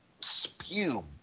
spew